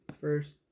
first